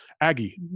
aggie